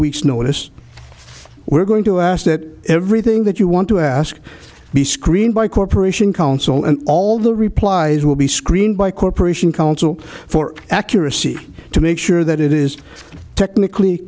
weeks notice we're going to ask that everything that you want to ask be screened by corporation counsel and all the replies will be screened by corporation counsel for accuracy to make sure that it is technically